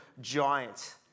giant